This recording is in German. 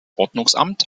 ordnungsamt